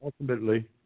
Ultimately